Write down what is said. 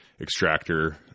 extractor